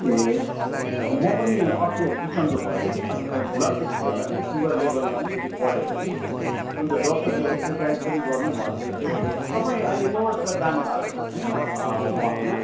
ए म पनि अस्ति बिसन्चो भएँ कि ब्लड प्रेसर गराएको सुगर लेबल अलिकति बढेछ कि अन्त डक्टरले एक्ससाइज पनि गर्नु भन्दैथ्यो तपाईँ अहिले चौरस्ता जानुभएको छ कि छैन वाकमा